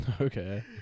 Okay